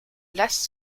less